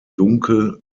dunkel